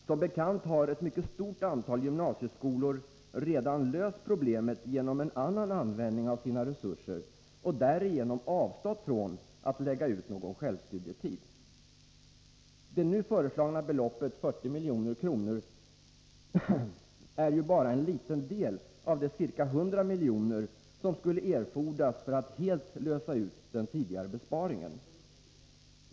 Som bekant har ett mycket stort antal gymnasieskolor redan löst problemet genom en annan användning av sina resurser, och man har därigenom avstått från att lägga ut någon självstudietid. Det nu föreslagna beloppet, 40 milj.kr., är ju bara en liten del av de ca 100 miljoner som skulle erfordras för att helt lösa ut den tidigare besparingen.